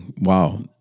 wow